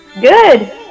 good